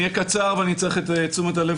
אני אהיה קצר ואני צריך את תשומת הלב